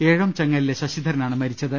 ഏഴോം ചെങ്ങലിലെ ശശിധരനാണ് മരിച്ചത്